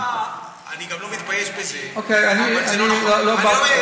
שמע, אני גם לא מתבייש בזה, אבל זה לא נכון.